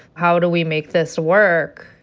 how do we make this work?